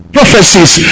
prophecies